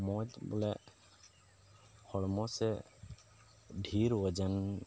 ᱢᱚᱡᱽ ᱵᱚᱞᱮ ᱦᱚᱲᱢᱚ ᱥᱮ ᱰᱷᱮᱹᱨ ᱳᱡᱚᱱ